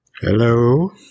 Hello